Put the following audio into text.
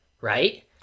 right